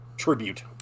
tribute